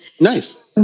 nice